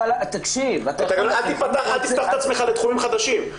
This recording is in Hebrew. אל תפתח את עצמך לתחומים חדשים,